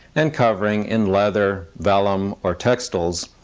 and covering in leather vellum, or textiles,